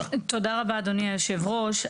תודה רבה, אדוני היושב ראש.